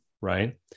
right